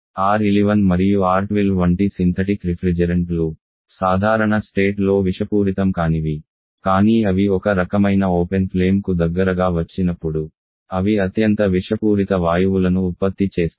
R 11 మరియు R 12 వంటి synthetic రిఫ్రిజెరెంట్లు సాధారణ స్టేట్ లో విషపూరితం కానివి కానీ అవి ఒక రకమైన ఓపెన్ ఫ్లేమ్ కు దగ్గరగా వచ్చినప్పుడు అవి అత్యంత విషపూరిత వాయువులను ఉత్పత్తి చేస్తాయి